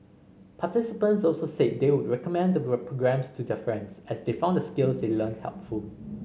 participants also said they would recommend the programmes to their friends as they found the skills they learnt helpful